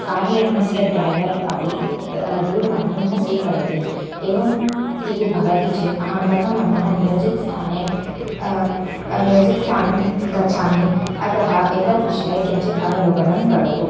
कारयानस्य driver अपि दूरवाणीं न स्वीकरोति एवं स्थितिः भवति चेद् अहं कथं ममः नियोजिते स्थाने नियोजितं स्थानं गच्छामि अतः एतद् विषये किञ्चिद् अवलोकनं करोतु